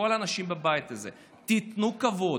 מכל האנשים בבית הזה: תנו כבוד,